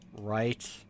Right